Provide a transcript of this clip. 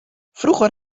vroeger